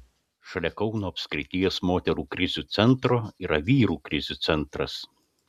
šalia kauno apskrities moterų krizių centro yra vyrų krizių centras